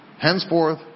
Henceforth